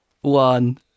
One